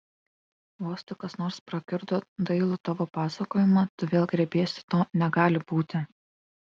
vos tik kas nors prakiurdo dailų tavo pasakojimą tu vėl griebiesi to negali būti